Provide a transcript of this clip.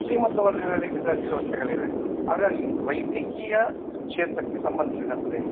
ಶ್ರೀಮಂತ ವರ್ಗಗಳಿಗು ಇದರಲ್ಲಿ ವ್ಯವಸ್ಥೆಗಳಿವೆ ಹಾಗಾಗಿ ವೈದ್ಯಕೀಯ ಕ್ಷೇತ್ರಕ್ಕೆ ಸಂಬಂಧಿಸಿದಂತೆ